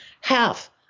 half